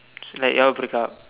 is like you all breakup